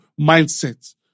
mindset